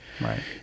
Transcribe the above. Right